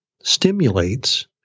Stimulates